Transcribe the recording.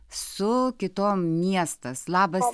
su kitom miestas labas